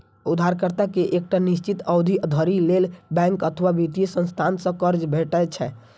उधारकर्ता कें एकटा निश्चित अवधि धरि लेल बैंक अथवा वित्तीय संस्था सं कर्ज भेटै छै